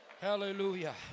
hallelujah